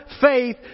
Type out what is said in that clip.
faith